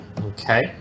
Okay